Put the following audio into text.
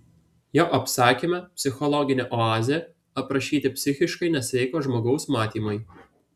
jo apsakyme psichologinė oazė aprašyti psichiškai nesveiko žmogaus matymai